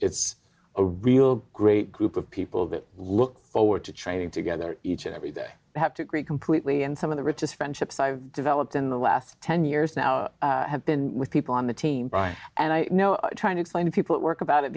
a real great group of people that look forward to training together each and every day i have to agree completely and some of the richest friendships i've developed in the last ten years now have been with people on the team and i know trying to explain to people at work about it